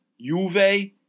Juve